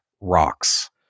rocks